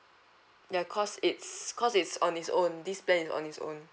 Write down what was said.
ya cause it's cause it's on its own this plan is on its own